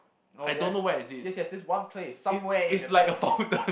oh yes yes yes this one place somewhere in Japan yes